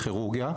כירורגיה,